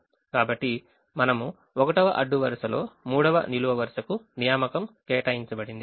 కాబట్టి మనము 1వ అడ్డు వరుసలో 3వ నిలువు వరుసకు నియామకం కేటాయించబడింది